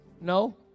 No